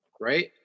Right